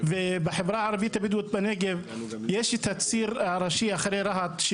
בחברה הערבית הבדואית בנגב יש הציר הראשי אחרי רהט,